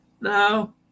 No